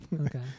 Okay